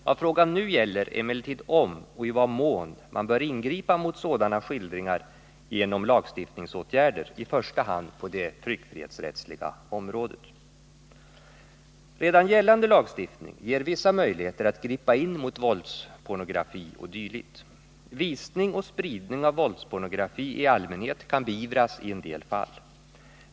Vad frågan nu gäller är emellertid om och i vad mån man bör ingripa mot sådana skildringar genom lagstiftningsåtgärder, i första hand på det tryckfrihetsrättsliga området. Redan gällande lagstiftning ger vissa möjligheter att gripa in mot våldspornografi o. d. Visning och spridning av våldspornografi i allmänhet kan beivras i en del fall.